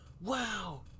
Wow